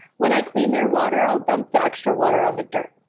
when i clean their water i'll dump the extra water on the dirt.